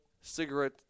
cigarette